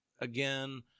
again